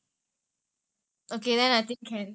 ya is it